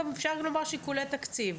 גם אפשר לומר שיקולי תקציב.